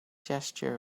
gesture